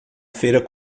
feira